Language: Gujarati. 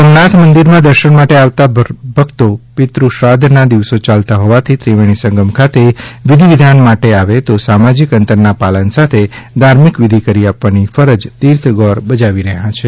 સોમનાથ મંદિરમાં દર્શન માટે આવતા ભક્તો પિતૃ શ્રાદ્ધ ના દિવસો યાલતા હોવાથી ત્રિવેણી સંગમ ખાતે વિધિવિધાન માટે આવે તો સામાજિક અંતરના પાલન સાથે ધાર્મિક વિધિ કરી આપવાની ફરજ તીર્થ ગોર બજાવી રહ્યા છે